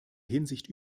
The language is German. hinsicht